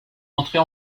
entrée